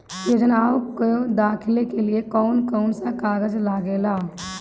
योजनाओ के दाखिले के लिए कौउन कौउन सा कागज लगेला?